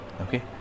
okay